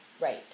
Right